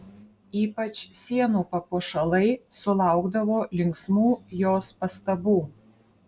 ypač sienų papuošalai sulaukdavo linksmų jos pastabų